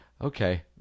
Okay